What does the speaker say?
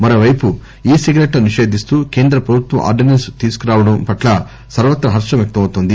మరోవైపు ఈ సిగరెట్లను నిషేధిస్తూ కేంద్ర ప్రభుత్వం ఆర్థినెన్ను తీసుకురావడం పట్ల సర్వత్రా హర్షం వ్యక్తమవుతోంది